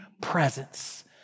presence